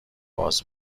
باز